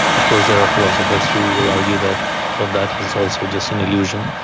of course there are philosophers who will argue that all of that is also just an illusion.